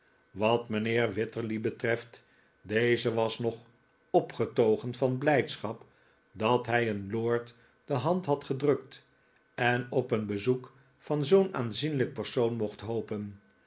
wat mijnheer wititterly betreft deze was nog opgetogen van blijdschap dat hij een lord de hand had gedrukt en op een bezoek van zoo'n aanzienlijk persoon mocht hopen